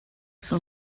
fer